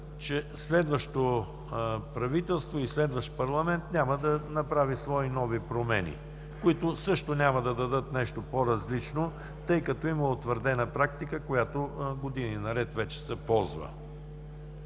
че следващо правителство и следващ парламент няма да направят свои нови промени, които също няма да дадат нещо по-различно, тъй като има утвърдена практика, която години наред вече се ползва.